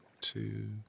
two